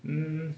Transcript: mm mm